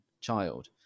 child